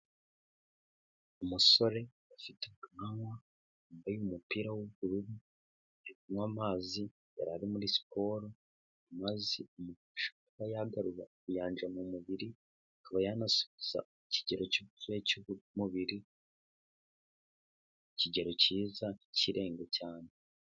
Umusore afite abwanwa wambaye umupira w'ubururu ari kunywa amazi yari ari muri siporo, amazi amfashua kuba yagarura ubuyanja mu mubiri akaba yanasubiza ikigero cy'ubushyu cy'umubiri, ikigero cyiza ntikirenga cyane.